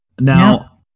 now